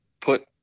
put